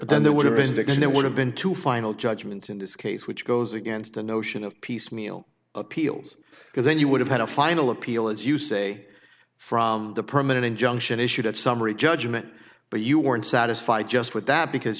but then there would have been vick and there would have been two final judgment in this case which goes against the notion of piecemeal appeals because then you would have had a final appeal as you say from the permanent injunction issued at summary judgment but you weren't satisfied just with that because